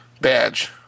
badge